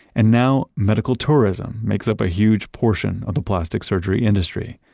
and now medical tourism makes up a huge portion of the plastic surgery industry.